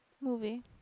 movie